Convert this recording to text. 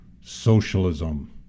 socialism